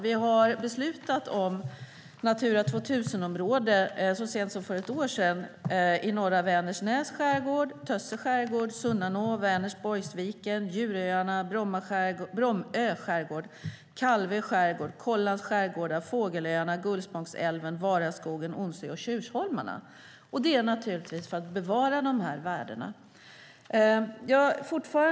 Vi har beslutat om Natura 2000-områden så sent som för ett år sedan i norra Vänersnäs skärgård, Tösse skärgård, Sunnanå, Vänersborgsviken, Djuröarna, Brommö skärgård, Kalvö skärgård, Kållands skärgårdar, Fågelöarna, Gullspångsälven, Varaskogen, Onsö och Tjursholmarna. Det är naturligtvis för att bevara sådana värden.